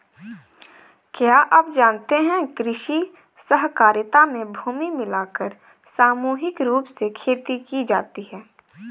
क्या आप जानते है कृषि सहकारिता में भूमि मिलाकर सामूहिक रूप से खेती की जाती है?